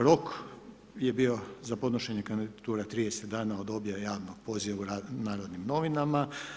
Rok je bio za podnošenje kandidatura 30 dana od objave javnog poziva u Narodnim novinama.